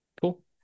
Cool